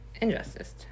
injustice